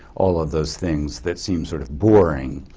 all of those things that seem sort of boring,